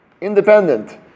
independent